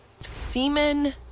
Semen